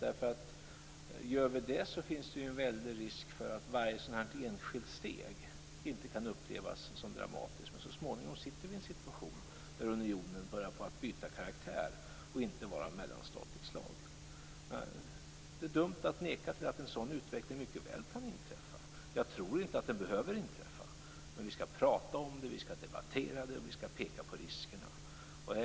Om vi gör det finns det en väldig risk för att varje sådant här enskilt steg inte kan upplevas som dramatiskt, men där vi så småningom sitter i en situation där unionen börjar byta karaktär och inte längre är av mellanstatligt slag. Det är dumt att neka till att en sådan utveckling kan inträffa. Jag tror inte att den behöver inträffa, men vi skall prata om det, debattera det och peka på riskerna.